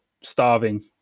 starving